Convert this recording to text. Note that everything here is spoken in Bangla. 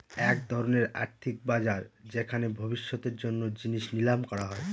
এক ধরনের আর্থিক বাজার যেখানে ভবিষ্যতের জন্য জিনিস নিলাম করা হয়